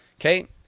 Okay